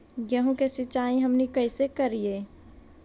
गेहूं के सिंचाई हमनि कैसे कारियय?